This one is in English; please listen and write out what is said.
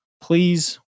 please